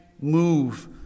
move